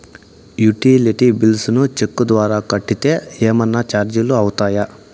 Utility bills ను cheque ద్వారా కట్టితే ఏమన్నా చార్జీలు అవుతాయా?